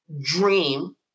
dream